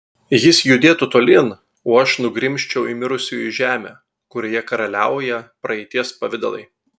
jis judėtų tolyn o aš nugrimzčiau į mirusiųjų žemę kurioje karaliauja praeities pavidalai